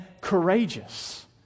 courageous